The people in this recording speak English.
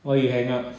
why you hang up